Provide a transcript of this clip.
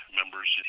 members